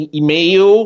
e-mail